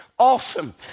Awesome